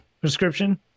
prescription